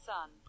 Sun